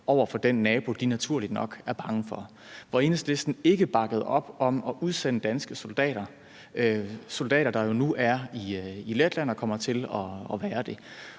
over for den nabo, de naturligt nok er bange for, og hvor Enhedslisten ikke bakkede op om at udsende danske soldater – soldater, der jo nu er i Letland og kommer til at være der.